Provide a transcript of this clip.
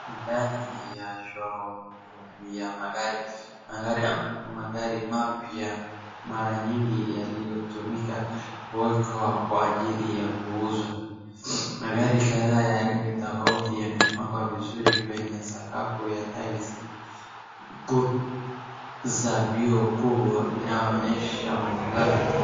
Ndani ya showroom ya magari. Magari ambapo magari mapya mara nyingi yaliyotumika huwekwa kwa ajili ya kuuza. Magari ya rangi tofauti yamepangwa kwa rangi nzuri kwenye sakafu ya tiles za vioo kubwa inaonyesha mwangaza.